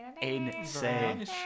Insane